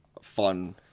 fun